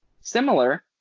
similar